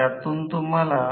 हे समीकरण f आहे